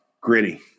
gritty